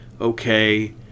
okay